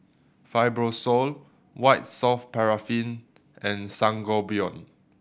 Fibrosol White Soft Paraffin and Sangobion